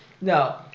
No